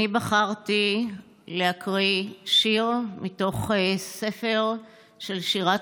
אני בחרתי להקריא שיר מתוך ספר של שירת